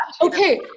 Okay